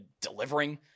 delivering